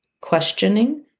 questioning